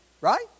right